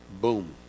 Boom